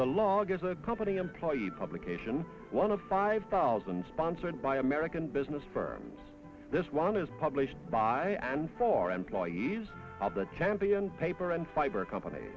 the log is a company employee publication one of five thousand sponsored by american business firms this one is published by and for employees of the champion paper and fiber company